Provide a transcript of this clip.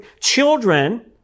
children